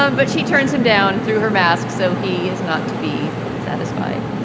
um but he turns him down through her mask, so he is not to be satisfied